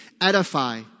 Edify